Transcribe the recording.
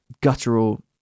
guttural